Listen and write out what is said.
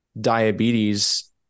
diabetes